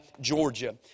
Georgia